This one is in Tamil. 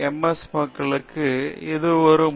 எஸ் மக்களுக்கு இது ஒரு முனை